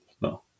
No